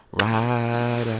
Right